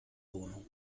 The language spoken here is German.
wohnung